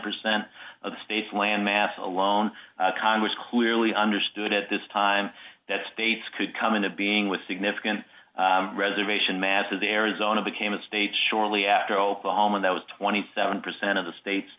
percent of the state's landmass alone congress clearly understood at this time that states could come into being with significant reservation math as the arizona became a state shortly after oklahoma that was twenty seven percent of the state